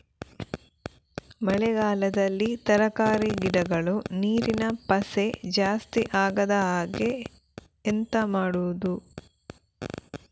ಮಳೆಗಾಲದಲ್ಲಿ ತರಕಾರಿ ಗಿಡಗಳು ನೀರಿನ ಪಸೆ ಜಾಸ್ತಿ ಆಗದಹಾಗೆ ಎಂತ ಮಾಡುದು?